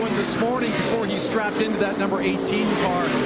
this morning before he strapped into that number eighteen car.